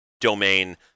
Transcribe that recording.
domain